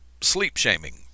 sleep-shaming